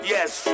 Yes